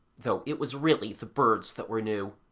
though it was really the birds that were new.